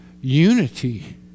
unity